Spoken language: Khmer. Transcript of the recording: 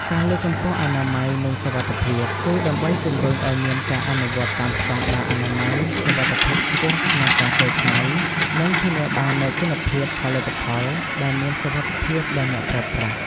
ការលើកកម្ពស់អនាម័យ និងសុវត្ថិភាព គឺដើម្បីជំរុញឲ្យមានការអនុវត្តតាមស្តង់ដារអនាម័យ សុវត្ថិភាពខ្ពស់ក្នុងការកែច្នៃ និងធានាបាននូវគុណភាពផលិតផល ដែលមានសុវត្ថិភាពដល់អ្នកប្រើប្រាស់។